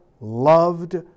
Loved